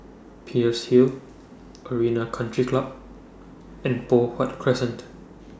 Peirce Hill Arena Country Club and Poh Huat Crescent